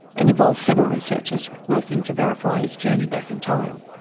and involved several researchers working to verify its journey back in time.